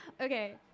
Okay